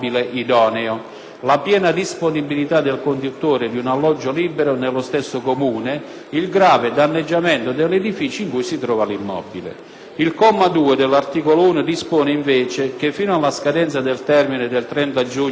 la piena disponibilità del conduttore di un alloggio libero nello stesso Comune; il grave danneggiamento dell'edificio in cui si trova l'immobile. Il comma 2 dell'articolo 1 dispone invece che, fino alla scadenza del termine del 30 giugno 2009,